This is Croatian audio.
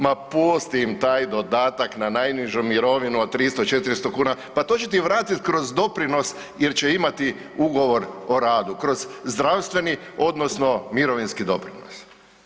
Ma pusti im taj dodatak na najnižu mirovinu od 300-400 kuna, pa to će ti vratit kroz doprinos jer će imati Ugovor o radu, kroz zdravstveni odnosno mirovinski doprinos.